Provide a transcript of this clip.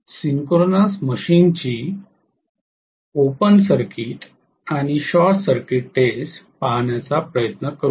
तर सिंक्रोनस मशीनची open circuit आणि शॉर्ट सर्किट टेस्ट पाहण्याचा प्रयत्न करूया